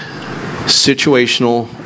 situational